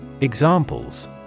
Examples